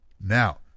Now